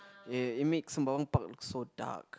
ya it makes Sembawang Park look so dark